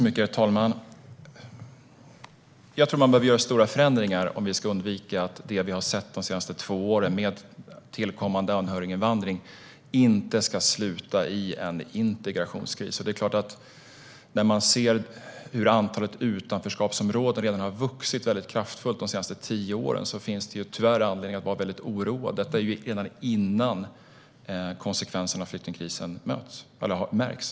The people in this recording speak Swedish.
Herr talman! Jag tror att man behöver göra stora förändringar om vi ska kunna undvika att det vi har sett de senaste två åren, med tillkommande anhöriginvandring, slutar i en integrationskris. Med tanke på att antalet utanförskapsområden har vuxit kraftigt de senaste tio åren finns det tyvärr anledning att vara väldigt oroad. Detta skedde redan innan konsekvenserna av flyktingkrisen började märkas.